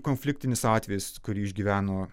konfliktinis atvejis kurį išgyveno